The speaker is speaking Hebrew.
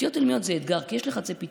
התשתיות הלאומיות זה אתגר, כי יש לחצי פיתוח.